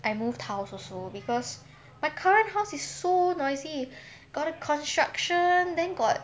I moved house also because my current house is so noisy got a construction then got